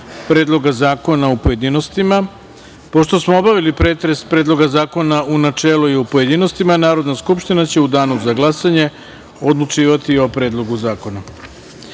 Predloga zakona u pojedinostima. Pošto smo obavili pretres Predloga zakona u načelu i u pojedinostima, Narodna skupština će u danu za glasanje odlučivati o Predlogu zakona. Dame